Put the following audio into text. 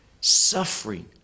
suffering